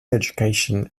education